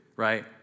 Right